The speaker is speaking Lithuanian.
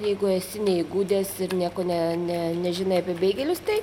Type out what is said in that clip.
jeigu esi neįgudęs ir nieko ne ne nežinai apie beigelius tai